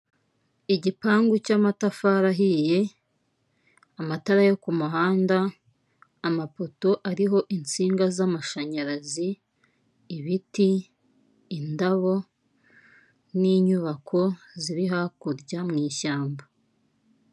Igipangu cy'amatafari ahiye ,amatara yo kumuhanda , amapoto ariho insinga z'amashanyarazi , ibiti, indabo n'inyubako ziri hakurya mu ishyamba.